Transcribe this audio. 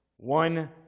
One